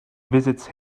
visits